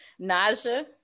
Naja